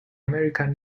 american